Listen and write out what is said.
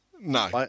No